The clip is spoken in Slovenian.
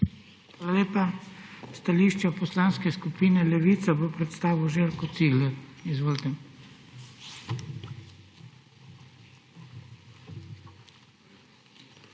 Hvala lepa. Stališče Poslanske skupine Levica bo predstavil Željko Cigler. Izvolite. ŽELJKO